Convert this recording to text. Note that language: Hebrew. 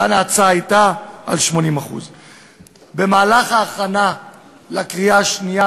כאן ההצעה הייתה 80%. בהכנה לקריאה השנייה